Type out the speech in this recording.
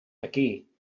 aquí